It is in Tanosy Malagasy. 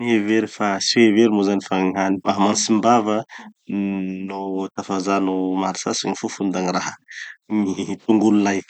Hevery fa, tsy hevery moa zany fa gny han- gny hantsimbava no tafajanano maharitsaritsy gny fofony da gny raha, gny tongolo lay.